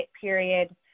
period